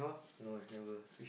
no I never